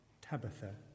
Tabitha